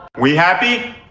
we happy?